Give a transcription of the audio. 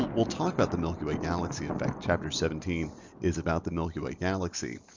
we'll talk about the milky way galaxy. in fact, chapter seventeen is about the milky way galaxy.